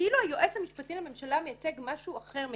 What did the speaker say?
כאילו היועץ משפטי לממשלה מייצג משהו אחר,